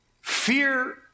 fear